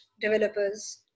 developers